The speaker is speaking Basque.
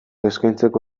eskaintzeko